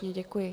Děkuji.